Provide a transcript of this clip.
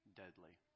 deadly